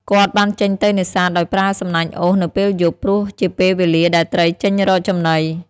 គាត់បានចេញទៅនេសាទដោយប្រើសំណាញ់អូសនៅពេលយប់ ព្រោះជាពេលវេលាដែលត្រីចេញរកចំណី។